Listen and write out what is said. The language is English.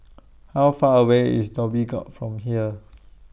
How Far away IS Dhoby Ghaut from here